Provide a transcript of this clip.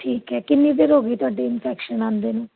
ਠੀਕ ਹੈ ਕਿੰਨੀ ਦੇਰ ਹੋ ਗਈ ਤੁਹਾਡੇ ਇਨਫੈਕਸ਼ਨ ਆਉਂਦੇ ਨੂੰ